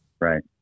Right